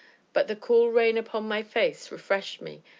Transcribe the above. but the cool rain upon my face refreshed me,